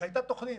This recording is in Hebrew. שהייתה תוכנית,